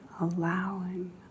allowing